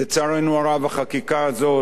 החקיקה הזאת דורשת,